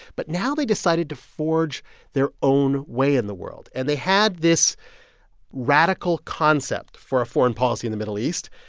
but now they decided to forge their own way in the world, and they had this radical concept for foreign policy in the middle east.